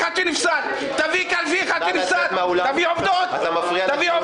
לצאת החוצה , אתה מפריע לדיון.